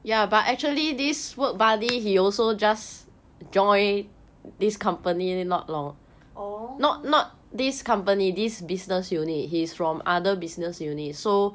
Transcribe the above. orh